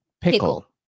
Pickle